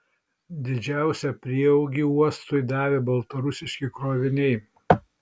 didžiausią prieaugį uostui davė baltarusiški kroviniai